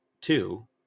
Two